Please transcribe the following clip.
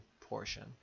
portion